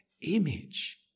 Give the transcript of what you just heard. image